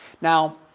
Now